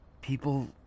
People